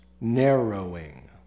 narrowing